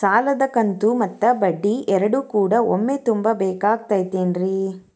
ಸಾಲದ ಕಂತು ಮತ್ತ ಬಡ್ಡಿ ಎರಡು ಕೂಡ ಒಮ್ಮೆ ತುಂಬ ಬೇಕಾಗ್ ತೈತೇನ್ರಿ?